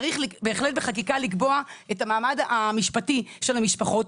צריך בהחלט בחקיקה לקבוע את המעמד המשפטי של המשפחות.